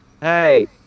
hey